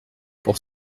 pour